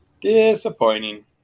Disappointing